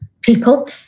people